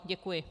Děkuji.